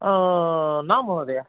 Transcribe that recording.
न महोदय